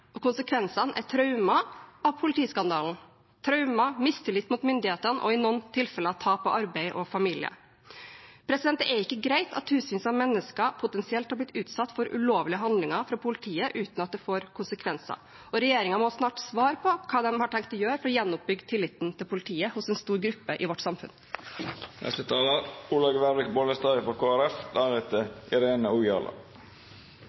Konsekvensene er traumer av politiskandalen. Traumer, mistillit mot myndighetene og i noen tilfeller tap av arbeid og familie. Det er ikke greit at tusenvis av mennesker potensielt har blitt utsatt for ulovlige handlinger fra politiet uten at det får konsekvenser. Regjeringen må snart svare på hva de har tenkt å gjøre for å gjenoppbygge tilliten til politiet hos en stor gruppe i vårt